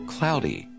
Cloudy